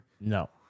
no